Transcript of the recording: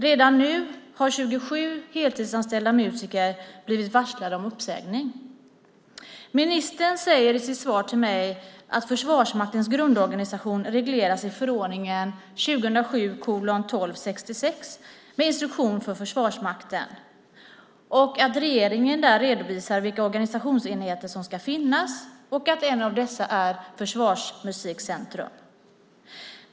Redan nu har 27 heltidsanställda musiker blivit varslade om uppsägning. Ministern säger i sitt svar till mig att Försvarsmaktens grundorganisation regleras i förordningen 2007:1266 med instruktion för Försvarsmakten och att regeringen där redovisar vilka organisationsenheter som ska finnas. En av dessa är Försvarsmusikcentrum.